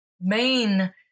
main